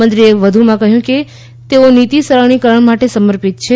મંત્રીએ કહ્યું કે તેઓ નીતિ સરળીકરણ માટે સમર્પિત છે